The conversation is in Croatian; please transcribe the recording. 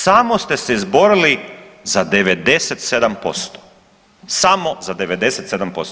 Samo ste se izborili za 97%, samo za 97%